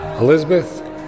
Elizabeth